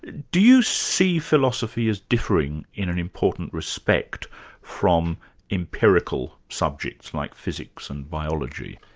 do you see philosophy as differing in an important respect from empirical subjects, like physics and biology?